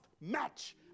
match